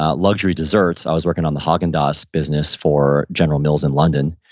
ah luxury desserts. i was working on the hog and dos business for general mills in london.